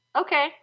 okay